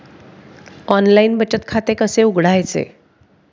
Online बचत खाते कसे उघडायचे?